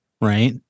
right